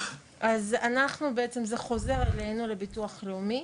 אז זה חוזר אלינו לביטוח לאומי,